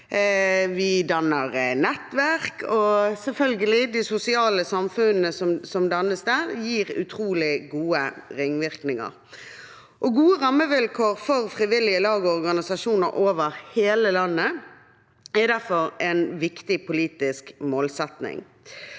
vi danner nettverk, og selvfølgelig gir de sosiale samfunnene som dannes der, utrolig gode ringvirkninger. Gode rammevilkår for frivillige lag og organisasjoner over hele landet er derfor en viktig politisk målsetting.